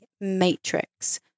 matrix